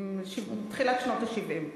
תחילת שנות ה-70.